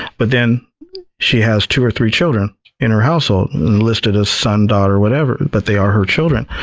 but then she has two or three children in her household listed as son, daughter, whatever. but they are her children.